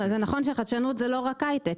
זה נכון שחדשנות זה לא רק הייטק.